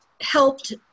helped